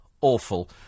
awful